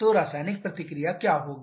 तो रासायनिक प्रतिक्रिया क्या होगी